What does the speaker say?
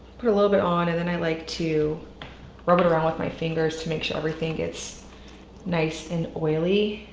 put a little bit on and then i like to rub it around with my fingers to make sure everything gets nice and oily.